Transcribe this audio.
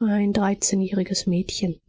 ein dreizehnjähriges mädchen